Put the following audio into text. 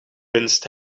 winst